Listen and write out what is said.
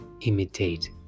imitate